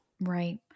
Right